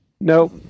no